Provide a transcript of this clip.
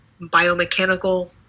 biomechanical